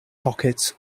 pockets